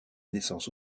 naissance